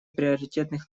приоритетных